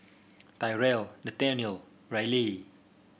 Tyrel Nathaniel Ryleigh